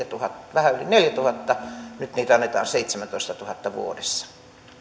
vähän yli neljätuhatta nyt niitä annetaan seitsemässätoistatuhannessa vuodessa